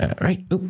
Right